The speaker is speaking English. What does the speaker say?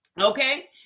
okay